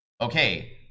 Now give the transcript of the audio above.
okay